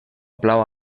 plau